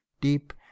deep